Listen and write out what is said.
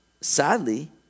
sadly